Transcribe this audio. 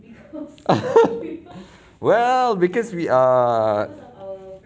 well because we are